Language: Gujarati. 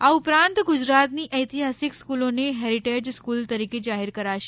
આ ઉપરાંત ગુજરાતની ઐતિહાસિક સ્કૂલોને હેરિટેજ સ્કૂલ તરીકે જાહેર કરાશે